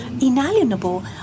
inalienable